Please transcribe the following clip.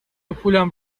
پولم